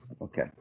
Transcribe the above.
okay